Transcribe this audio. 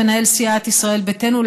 מנהל סיעת ישראל ביתנו,